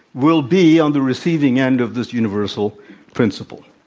will be on the receiving end of this universal principle.